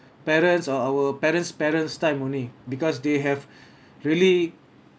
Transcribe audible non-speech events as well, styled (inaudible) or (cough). parents are or our parent's parents time only because they have (breath) really